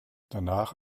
danach